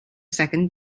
second